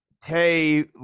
Tay